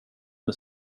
med